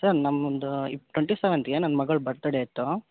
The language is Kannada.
ಸರ್ ನಮ್ಮ ಒಂದು ಇಪ್ ಟ್ವೆಂಟಿ ಸೆವೆಂತ್ಗೆ ನನ್ನ ಮಗಳ ಬರ್ತಡೇ ಇತ್ತು